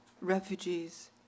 refugees